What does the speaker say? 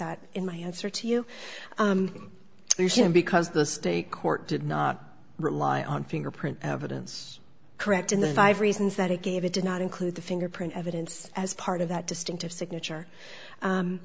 that in my answer to you because the state court did not rely on fingerprint evidence correct in the five reasons that it gave it did not include the fingerprint evidence as part of that distinctive signature